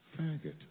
faggot